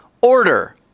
order